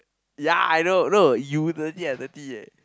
ya I know no you dirty I dirty eh